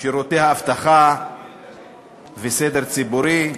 שירותי האבטחה והסדר הציבורי.